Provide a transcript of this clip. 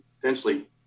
potentially